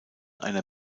einer